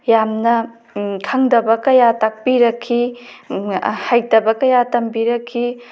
ꯌꯥꯝꯅ ꯈꯪꯗꯕ ꯀꯌꯥ ꯇꯥꯛꯄꯤꯔꯛꯈꯤ ꯍꯩꯇꯕ ꯀꯌꯥ ꯇꯝꯕꯤꯔꯛꯈꯤ